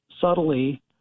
subtly